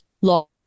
law